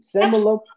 similar